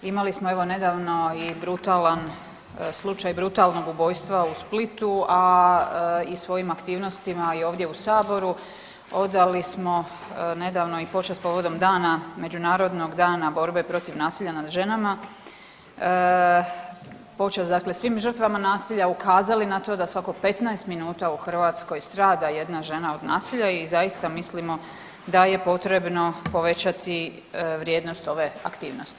Imali smo evo, nedavno i brutalan, slučaj brutalnog ubojstva u Splitu, a i svojim aktivnostima i ovdje u Saboru odali smo nedavno i počast povodom dana, Međunarodnog dana borbe protiv nasilja nad ženama počast dakle svim žrtvama nasilja, ukazali na to da svako 15 minuta u Hrvatskoj strada jedna žena od nasilja i zaista mislimo da je potrebno povećati vrijednost ove aktivnosti.